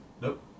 Nope